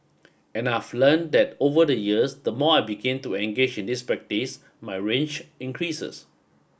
and I've learnt that over the years the more I begin to engage in this practice my range increases